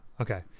okay